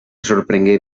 sorprengué